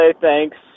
thanks